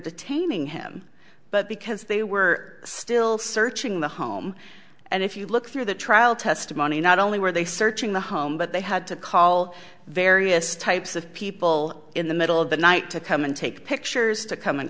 detaining him but because they were still searching the home and if you look through the trial testimony not only were they searching the home but they had to call various types of people in the middle of the night to come and take pictures to come and